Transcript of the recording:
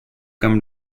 come